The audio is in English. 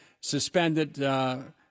suspended –